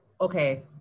okay